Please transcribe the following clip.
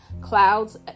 clouds